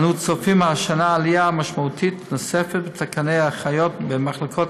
אנו צופים השנה עלייה משמעותית נוספת בתקני אחיות במחלקות